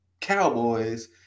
cowboys